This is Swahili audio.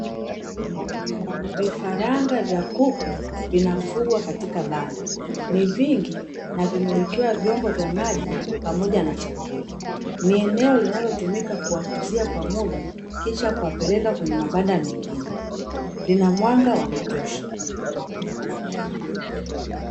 Vifaranga vya kuku vinafugwa katika banda ni vingi na vimewekewa vyombo vya maji pamoja na chakula. Ni eneo linalotumika kuwakuzia kwa muda kisha kuwapeleka kwenye mabanda mengine lina mwanga wa kutosha.